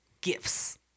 gifts